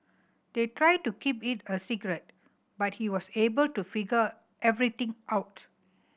they tried to keep it a secret but he was able to figure everything out